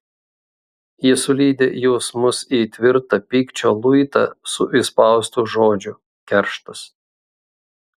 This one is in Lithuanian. ji sulydė jausmus į tvirtą pykčio luitą su įspaustu žodžiu kerštas